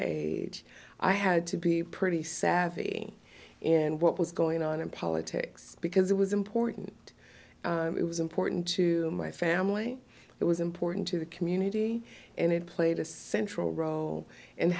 age i had to be pretty savvy and what was going on in politics because it was important it was important to my family it was important to the community and it played a central